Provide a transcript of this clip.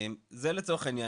זה לצורך העניין,